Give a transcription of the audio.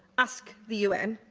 ask the un.